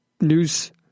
news